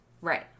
Right